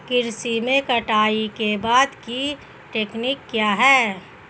कृषि में कटाई के बाद की तकनीक क्या है?